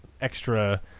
extra